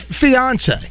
fiance